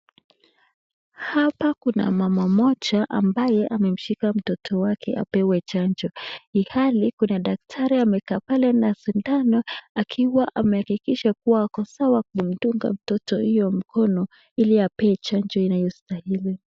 Hapa kuna mama mmoja ambaye amemshika mtoto wake apewe chanjo. Ili hali kuna daktari amekaa pale na sindano akiwa amehakikisha kuwa ako sawa kumdunga mtoto huyo mkono ili apewe chanjo inayostahili.